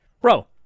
bro